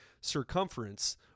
circumference